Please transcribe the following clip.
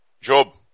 Job